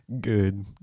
Good